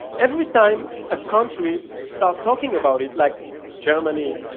every time a country started talking about it, like germany,